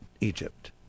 Egypt